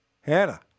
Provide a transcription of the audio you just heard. Hannah